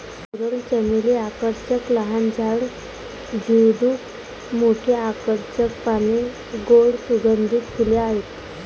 coral चमेली आकर्षक लहान झाड, झुडूप, मोठी आकर्षक पाने, गोड सुगंधित फुले आहेत